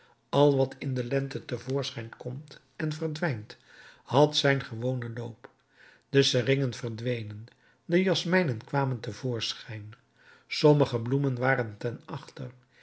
al wat in de lente te voorschijn komt en verdwijnt had zijn gewonen loop de seringen verdwenen de jasmijnen kwamen te voorschijn sommige bloemen waren ten achter